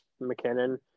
McKinnon